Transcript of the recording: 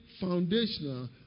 foundational